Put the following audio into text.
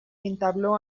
entabló